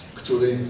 który